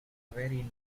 very